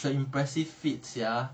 it's a impressive feat sia